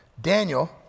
Daniel